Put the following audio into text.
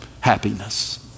happiness